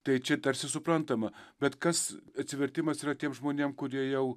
tai čia tarsi suprantama bet kas atsivertimas yra tiem žmonėm kurie jau